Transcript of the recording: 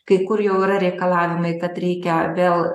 kai kur jau yra reikalavimai kad reikia vėl